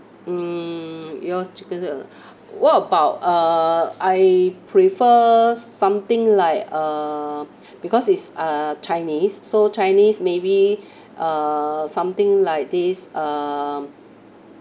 mm yours chicken n~ what about uh I prefer something like uh because it's uh chinese so chinese maybe uh something like this um